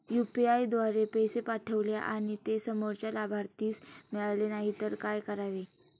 UPI द्वारे पैसे पाठवले आणि ते समोरच्या लाभार्थीस मिळाले नाही तर काय करावे?